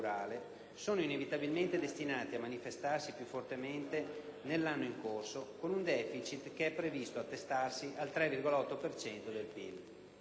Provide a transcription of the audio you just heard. sono inevitabilmente destinati a manifestarsi più fortemente nell'anno in corso, con un deficit che è previsto attestarsi al 3,8 per